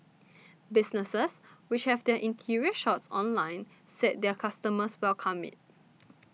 businesses which have their interior shots online said their customers welcome it